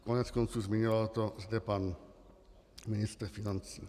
Koneckonců, zmiňoval to zde pan ministr financí.